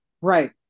Right